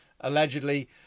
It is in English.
allegedly